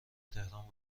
تهران